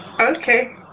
Okay